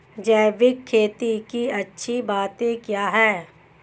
जैविक खेती की अच्छी बातें क्या हैं?